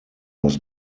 was